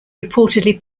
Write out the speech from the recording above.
reportedly